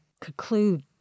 conclude